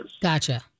Gotcha